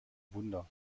wunder